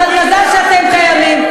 אני יודעת שאתם קיימים,